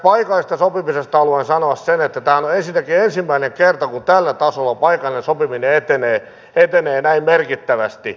tästä paikallisesta sopimisesta haluan sanoa sen että tämä on ensinnäkin ensimmäinen kerta kun tällä tasolla paikallinen sopiminen etenee näin merkittävästi